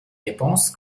réponses